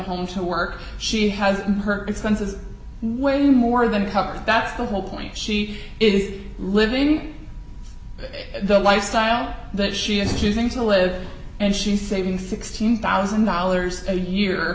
home to work she has her expenses when more than a couple that's the whole point she is living the lifestyle that she is using to live and she's saving sixteen thousand dollars a year